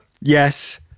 Yes